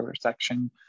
section